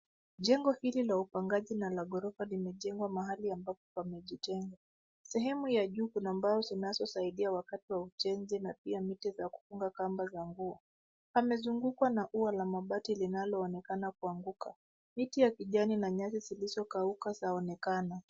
Jengo hili la upangaji na la ghorofa limejengwa mahali ambapo pamejitenga. Sehemu ya juu kuna mbao zinazosaidia wakati wa ujenzi na pia miti za kufunga kamba za nguo. Pamezungukwa na ua la mabati linaloonekana kuanguka. Miti ya kijani na nyasi zilizokauka zaonekana.